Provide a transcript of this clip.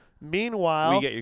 Meanwhile